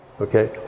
okay